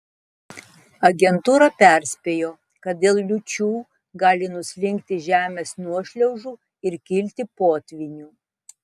agentūra perspėjo kad dėl liūčių gali nuslinkti žemės nuošliaužų ir kilti potvynių